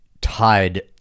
tied